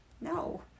No